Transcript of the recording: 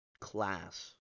class